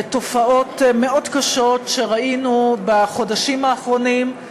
תופעות מאוד קשות שראינו בחודשים האחרונים.